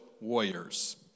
warriors